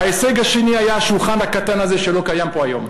ההישג השני היה השולחן הקטן הזה שלא קיים פה היום,